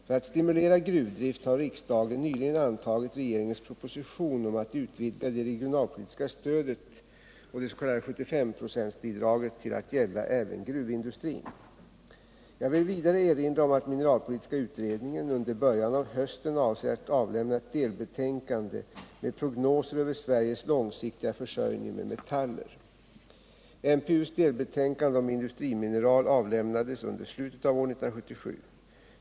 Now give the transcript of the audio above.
För att stimulera gruvdrift har riksdagen nyligen antagit regeringens proposition om att utvidga det regionalpolitiska stödet och det s.k. 75-procentsbidraget till att gälla även gruvindustrin. Jag vill vidare erinra om att mineralpolitiska utredningen under början av hösten avser att avlämna ett delbetänkande med prognoser över Sveriges långsiktiga försörjning med metaller. MPU:s delbetänkande om industrimineral avlämnades under slutet av år 1977.